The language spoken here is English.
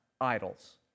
idols